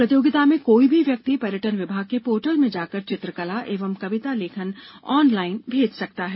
प्रतियोगिता में कोई भी व्यक्ति पर्यटन विभाग के पोर्टल में जाकर चित्रकला एवं कविता लेखन ऑनलाइन भेज सकता है